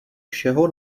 všeho